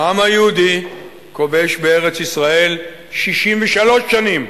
העם היהודי כובש בארץ-ישראל 63 שנים.